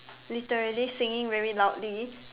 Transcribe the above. literally singing very loudly